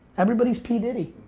everybody's p-diddy.